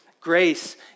Grace